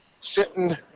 sitting